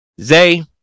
Zay